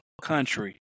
country